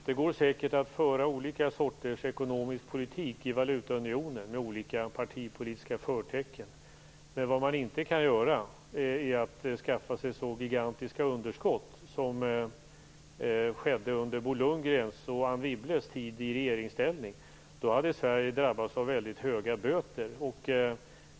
Herr talman! Det går säkert att föra olika sorters ekonomisk politik i valutaunionen med olika partipolitiska förtecken. Vad man inte kan göra är att skaffa sig så gigantiska underskott som man gjorde under Bo Lundgrens och Anne Wibbles tid i regeringsställning. Då skulle Sverige drabbas av mycket höga böter.